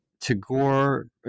Tagore